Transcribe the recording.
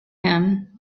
him